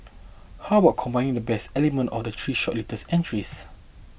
how about combining the best elements of the three shortlisted entries